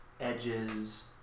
edges